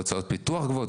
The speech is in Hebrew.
והוצאות פיתוח גבוהות,